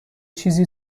چیزی